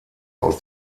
aus